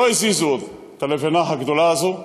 לא הזיזו עוד את הלבנה הגדולה הזאת,